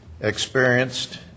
experienced